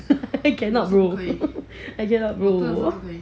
I cannot bro I cannot bro